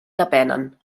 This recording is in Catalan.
depenen